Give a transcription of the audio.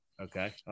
Okay